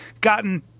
gotten—